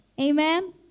Amen